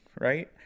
right